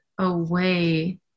away